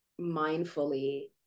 mindfully